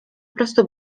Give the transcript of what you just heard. prostu